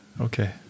Okay